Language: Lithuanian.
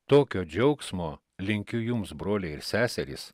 tokio džiaugsmo linkiu jums broliai ir seserys